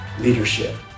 leadership